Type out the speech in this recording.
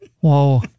Whoa